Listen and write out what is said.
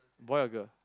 boy or girl